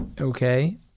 okay